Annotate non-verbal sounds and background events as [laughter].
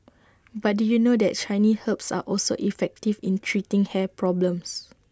[noise] but do you know that Chinese herbs are also effective in treating hair problems